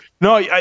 No